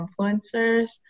influencers